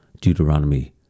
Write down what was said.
Deuteronomy